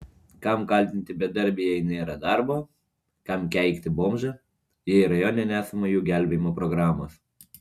kam kaltinti bedarbį jei nėra darbo kam keikti bomžą jei rajone nesama jų gelbėjimo programos